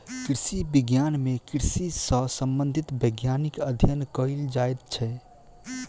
कृषि विज्ञान मे कृषि सॅ संबंधित वैज्ञानिक अध्ययन कयल जाइत छै